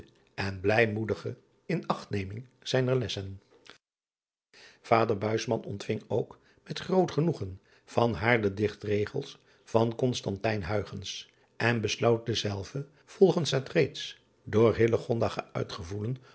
en blijmoedige in achtneming zijner lessen ader ontving ook met groot genoegen van haar de ichtregels van en besloot dezelve volgens het reeds door geuit